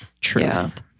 truth